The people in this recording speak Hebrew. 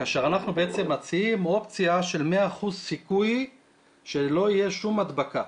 אנחנו בעצם מציעים אופציה של 100% סיכוי שלא תהיה שום הדבקה,